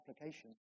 application